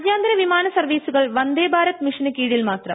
രാജ്യാന്തര വിമാന സർവീസുകൾ വന്ദേ ഭാരത് മിഷനു കീഴിൽ മാത്രം